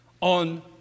on